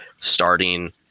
starting